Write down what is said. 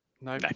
No